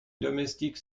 domestique